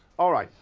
all right.